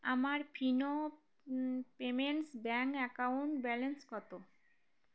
আমার Fino payments bank account balance কত